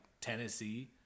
Tennessee